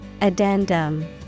Addendum